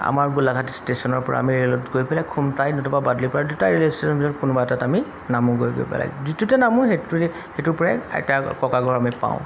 আমাৰ গোলাঘাট ষ্টেচনৰ পৰা আমি ৰে'লত গৈ পেলাই খোমতাই নতুবা বাদলিৰ পৰা দুটা ৰে'লৱে' ষ্টেচনৰ ভিতৰত কোনোবা এটাত আমি নামো গৈ গৈ পেলাই যিটোতে নামো সেইটো সেইটোৰ পৰাই আইতা ককা ঘৰ আমি পাওঁ